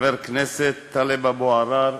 חבר הכנסת טלב אבו עראר,